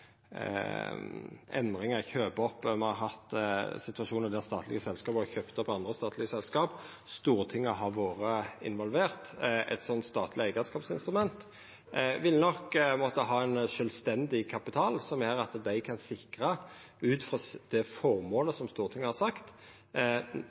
opp, me har hatt situasjonar der statlege selskap har kjøpt opp andre statlege selskap, så har Stortinget vore involvert. Eit slikt statleg eigarskapsinstrument vil nok måtta ha ein sjølvstendig kapital som gjer at ein kan sikra, ut frå det